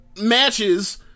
matches